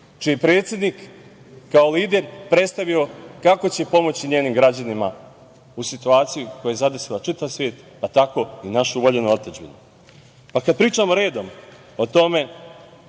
čiji je predsednik kao lider predstavio kako će pomoći njenim građanima u situaciji koja je zadesila čitav svet, pa tako i našu voljenu otadžbinu. Pa, kada pričamo redom o tome,